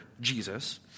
Jesus